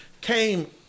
Came